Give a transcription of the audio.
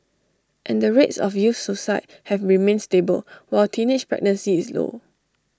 and the rates of youth suicide have remained stable while teenage pregnancy is low